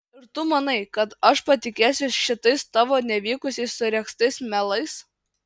ir tu manai kad aš patikėsiu šitais tavo nevykusiai suregztais melais